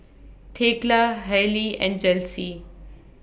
Thekla Hailie and Chelsi